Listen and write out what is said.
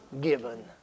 given